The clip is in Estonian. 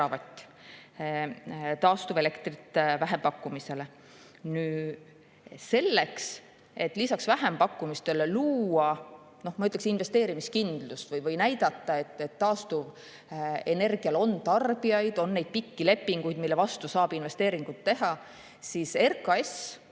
taastuvelektrit vähempakkumisele. Selleks, et lisaks vähempakkumistele luua, ma ütleksin, investeerimiskindlust või näidata, et taastuvenergial on tarbijaid, on pikki lepinguid, mille [alusel] saab investeeringuid teha, sõlmib RKAS